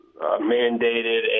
mandated